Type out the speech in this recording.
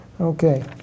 Okay